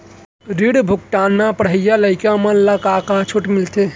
ऋण भुगतान म पढ़इया लइका मन ला का का छूट मिलथे?